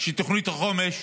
שתוכנית החומש